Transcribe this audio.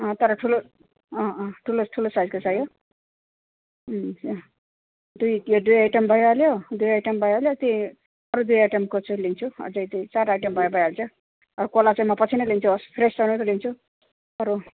तर ठुलो ठुलो ठुलो साइजको चाहियो त्यही त्यही दुई आइटम भइहाल्यो दुई आइटम त्यो अरू दुई आइटमको चाहिँ लिन्छु अझै दुई चार आइटम भए भइहाल्छ अब कोला चाहिँ म पछि नै लिन्छु होस् फ्रेस छ भने मात्रै लिन्छु र